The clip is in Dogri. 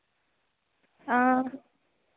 हां